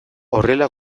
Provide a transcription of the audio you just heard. horrela